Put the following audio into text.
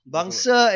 Bangsa